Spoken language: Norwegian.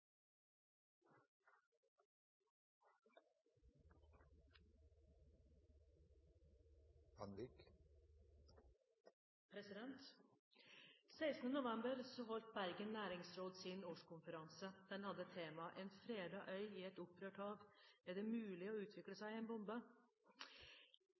16. november holdt Bergen Næringsråd sin årskonferanse. Den hadde temaet «En fredet øy i opprørt hav. Er det mulig å utvikle